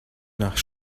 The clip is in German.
nach